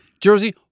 Jersey